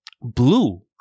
blue